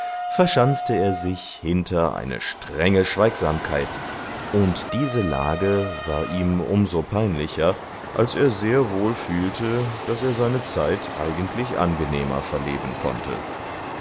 verschanzte er sich hinter eine strenge schweigsamkeit und diese lage war ihm um so peinlicher als er sehr wohl fühlte daß er seine zeit eigentlich angenehmer verleben konnte